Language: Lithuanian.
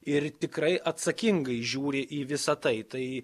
ir tikrai atsakingai žiūri į visa tai tai